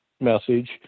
message